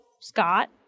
Scott